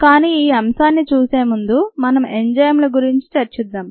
కానీ ఈ అంశాన్ని చూసే ముందు మనం ఎంజైముల గురించి చూద్దాం